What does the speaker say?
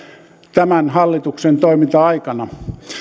tämän hallituksen toiminta aikana